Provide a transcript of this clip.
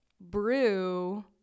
Brew